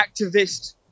activist